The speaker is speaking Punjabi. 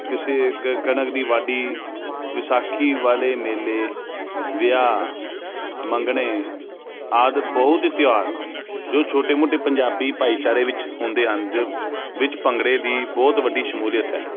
ਕਿਸੇ ਕ ਕਣਕ ਦੀ ਵਾਢੀ ਵਿਸਾਖੀ ਵਾਲੇ ਮੇਲੇ ਵਿਆਹ ਮੰਗਣੇ ਆਦਿ ਬਹੁਤ ਈ ਤਿਉਹਾਰ ਜੋ ਛੋਟੇ ਮੋਟੇ ਪੰਜਾਬੀ ਭਾਈਚਾਰੇ ਵਿੱਚ ਹੁੰਦੇ ਹਨ ਜਬ ਵਿੱਚ ਭੰਗੜੇ ਦੀ ਬਹੁਤ ਵੱਡੀ ਸ਼ਮੂਲੀਅਤ ਹੈ